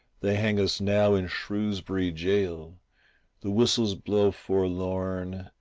they hang us now in shrewsbury jail the whistles blow forlorn,